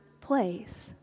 place